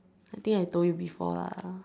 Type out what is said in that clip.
I think I told you before lah